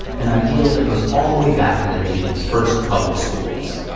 an ideal that goes all the way back to the nation's first public schools.